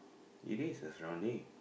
it is a surrounding